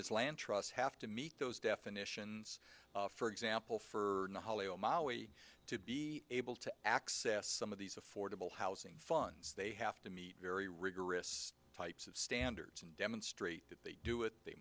as land trust have to meet those definitions for example for naleo maui to be able to access some of these affordable housing funds they have to meet very rigorous types of standards and demonstrate that they do it they